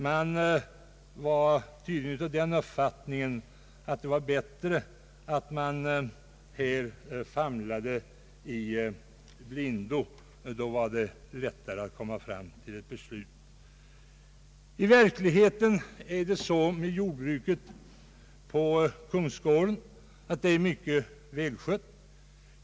Man var tydligen av den uppfattningen inom revisionen att det var bättre att vi helt famlade i blindo och att det då var lättare att fatta ett beslut. I verkligheten är jordbruket på Drottningholms kungsgård mycket välskött.